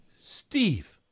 Steve